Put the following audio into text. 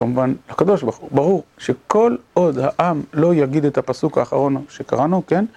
כמובן הקדוש ברוך הוא, ברור שכל עוד העם לא יגיד את הפסוק האחרון שקראנו, כן?